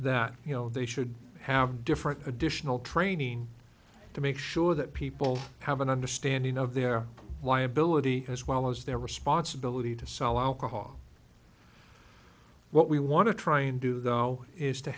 that you know they should have different additional training to make sure that people have an understanding of their y ability as well as their responsibility to sell alcohol what we want to try and do though is to